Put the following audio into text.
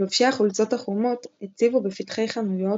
לובשי החולצות החומות הציבו בפתחי חנויות,